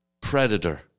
predator